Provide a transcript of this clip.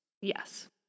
Yes